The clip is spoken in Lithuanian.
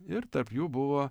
ir tarp jų buvo